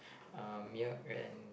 milk and